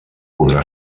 podrà